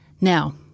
Now